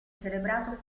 celebrato